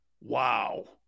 Wow